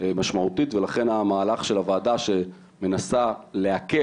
משמעותית ולכן המהלך של הוועדה שמנסה להקל,